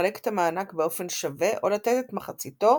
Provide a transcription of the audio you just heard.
לחלק את המענק באופן שווה, או לתת את מחציתו